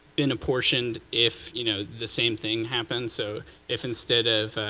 been apportioned if you know the same thing happened. so if instead of,